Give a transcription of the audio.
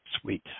sweet